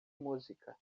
música